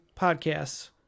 Podcasts